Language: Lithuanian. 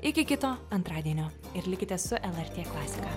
iki kito antradienio ir likite su lrt klasika